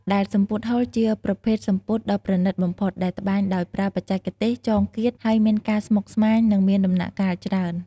ដែលសំពត់ហូល ជាប្រភេទសំពត់ដ៏ប្រណីតបំផុត ដែលត្បាញដោយប្រើបច្ចេកទេស ចងគាត ហើយមានការស្មុកស្មាញ និងមានដំណាក់កាលច្រើន។